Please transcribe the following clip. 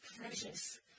precious